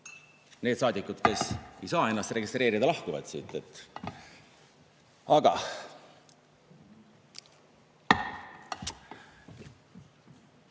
need saadikud, kes ei saa ennast registreerida, lahkuvad siit. Minu